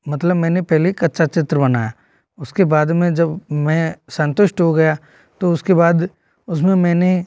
मतलब मैंने पहले कच्चा चित्र बनाया उसके बाद में जब मैं संतुष्ट हो गया तो उसके बाद उसमें मैंने